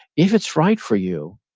if it's right for you,